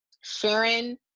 sharon